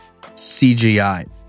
CGI